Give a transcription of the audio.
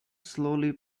slowly